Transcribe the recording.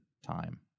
time